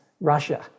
Russia